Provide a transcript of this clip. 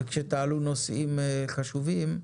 וכשתעלו נושאים חשובים,